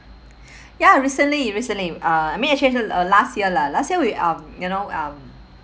ya recently recently uh I mean I change to uh last year lah last year we um you know um